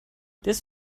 this